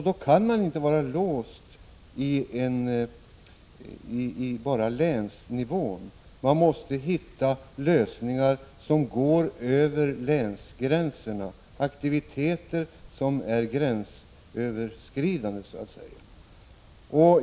Då kan man inte vara låst vid att allt skall ske bara på länsnivå. Man måste hitta lösningar som går över länsgränserna, aktiviteter som är gränsöverskridande.